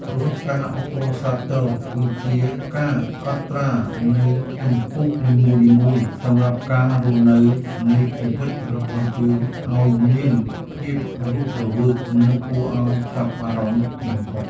រាល់ការអបអរសាទរគឺជាការកត់ត្រានូវជំពូកនីមួយៗសម្រាប់ការរស់នៅនៃជីវិតរបស់យើងឱ្យមានភាពរស់រវើកនិងគួរឱ្យចាប់អារម្មណ៍បំផុត។